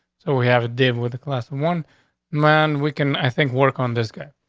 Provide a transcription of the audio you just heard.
so we have a dead with a class one man, we can, i think, work on this guy.